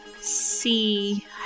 see